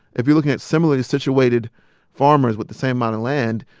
if you're looking at similarly situated farmers with the same amount of land,